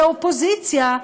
ואת האופוזיציה,